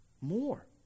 more